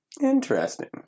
Interesting